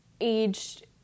aged